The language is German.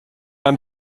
man